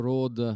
Road